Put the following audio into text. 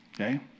okay